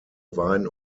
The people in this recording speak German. wein